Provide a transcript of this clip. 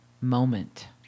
moment